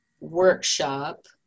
workshop